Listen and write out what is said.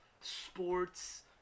sports